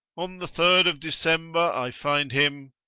on the third of december, i find him.